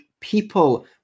people